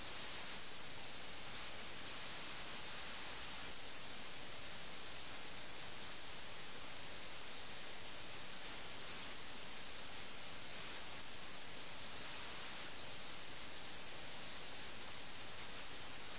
അതിനാൽ ഇംഗ്ലീഷ് സൈന്യത്തിന് അവധ് നഷ്ടമായതിൽ നമുക്ക് രാഷ്ട്രീയ തകർച്ചയുണ്ട് കൂടാതെ ജനങ്ങളുടെ ഭാഗത്തുനിന്നുള്ള പ്രവർത്തനമില്ലായ്മയെ വിമർശിക്കുകയായിരുന്നു പ്രേംചന്ദ്